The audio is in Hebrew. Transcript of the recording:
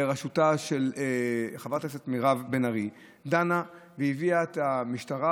בראשותה של חברת הכנסת מירב בן ארי דנה והביאה את המשטרה